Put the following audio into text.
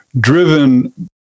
driven